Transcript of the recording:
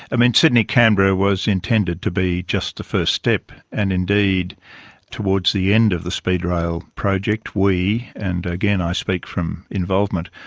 i mean, sydney-canberra was intended to be just the first step, and indeed towards the end of the speedrail project we, and again, i speak from involvement,